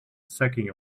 sacking